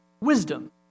wisdom